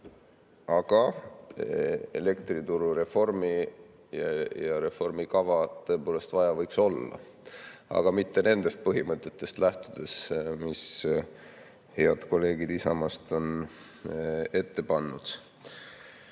Aga elektrituru reformi ja reformi kava tõepoolest vaja võiks olla, aga mitte nendest põhimõtetest lähtudes, mis head kolleegid Isamaast on ette pannud.